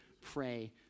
pray